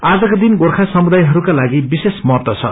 आजकै दिन गोर्खा समुदायकाहरूको लागि विशेष महत्व छ